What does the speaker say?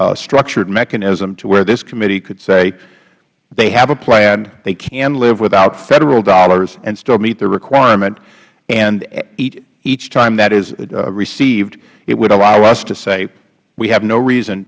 structured mechanism to where this committee could say they have a plan they can live without federal dollars and still meet the requirement and each time that is received it would allow us to say we have no reason